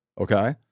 Okay